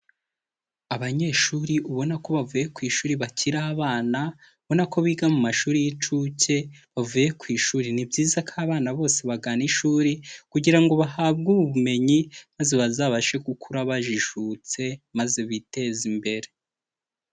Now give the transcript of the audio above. Abanyeshuri ubona ko bavuye ku ishuri bakiri abana, ubona ko biga mu mashuri y'incuke bavuye ku ishuri, ni byiza ko abana bose bagana ishuri kugira ngo bahabwe ubumenyi maze bazabashe gukura bajijutse maze biteze imbere.